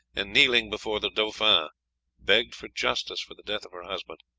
and kneeling before the dauphin, begged for justice for the death of her husband,